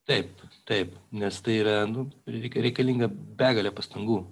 taip taip nes tai yra nu reik reikalinga begalė pastangų